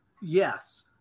yes